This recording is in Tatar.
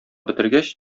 бетергәч